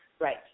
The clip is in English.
Right